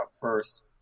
first